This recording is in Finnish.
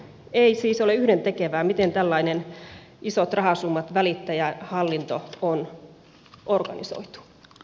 ei siis ole yhdentekevää miten tällainen isot rahasummat välittävä hallinto on organisoitu